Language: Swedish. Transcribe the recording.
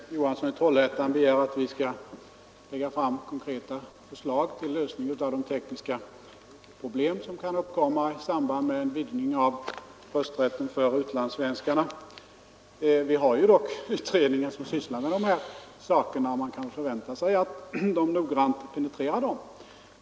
Herr talman! Herr Johansson i Trollhättan begär att vi skall lägga fram konkreta förslag till lösning av de tekniska problem som kan uppkomma i samband med en vidgning av rösträtten för utlandssvenskar. Vi har dock den utredning som sysslar med dessa saker, och man kan förvänta sig att den noggrant penetrerar dem.